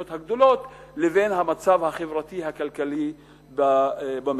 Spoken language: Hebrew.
הגדולות לבין המצב החברתי-הכלכלי במשק.